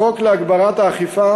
החוק להגברת האכיפה,